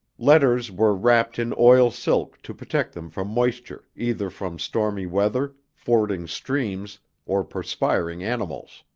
letters were wrapped in oil silk to protect them from moisture, either from stormy weather, fording streams, or perspiring animals.